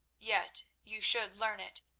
yet you should learn it,